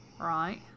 Right